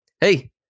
Hey